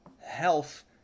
health